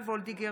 תודה.